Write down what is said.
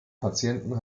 patienten